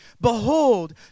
Behold